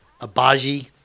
Abaji